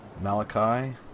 Malachi